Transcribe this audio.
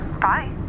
Bye